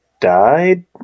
died